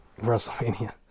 Wrestlemania